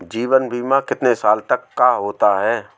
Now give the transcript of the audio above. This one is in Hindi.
जीवन बीमा कितने साल तक का होता है?